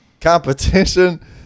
competition